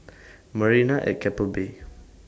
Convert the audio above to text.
Marina At Keppel Bay